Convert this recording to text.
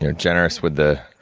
you know generous with the